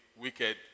wicked